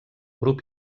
grup